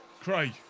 Craig